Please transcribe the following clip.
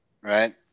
Right